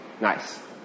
nice